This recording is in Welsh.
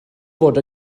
fod